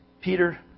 Peter